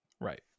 Right